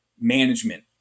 management